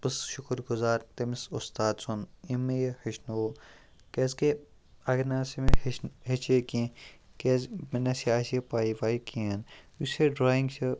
بہٕ چھُس شُکُر گُزار تٔمِس اُستاد سُنٛد یِم مےٚ یہِ ہیٚچھنو کیٛازِکہِ اگر نہٕ ہسا مےٚ ہیٚچھ ہیٚچھ ہے کینٛہہ کیٛازِ مےٚ نَسا آسہِ ہے پٔے ؤے کِہیٖنۍ یُس یہِ ڈرایِنٛگ چھِ